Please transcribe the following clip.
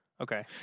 Okay